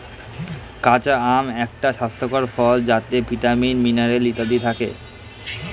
কাঁচা আম একটি স্বাস্থ্যকর ফল যাতে ভিটামিন, মিনারেল ইত্যাদি থাকে